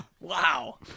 Wow